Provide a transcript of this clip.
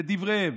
לדבריהם.